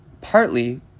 partly